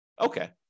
Okay